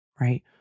right